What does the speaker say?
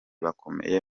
bakomeye